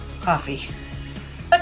coffee